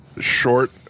short